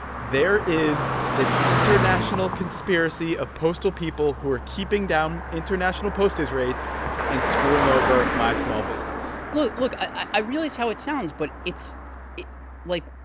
there is this international conspiracy of postal people who are keeping down international postage rates and screwing over my small business look look i realize how it sounds, but it's like,